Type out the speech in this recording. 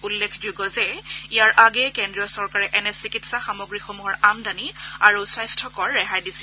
উল্লেখযোগ্য যে ইয়াৰ আগেয়ে কেন্দ্ৰীয় চৰকাৰে এনে চিকিৎসা সামগ্ৰীসমূহৰ আমদানি আৰু স্বাস্থ্য কৰ ৰেহাই দিছিল